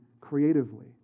creatively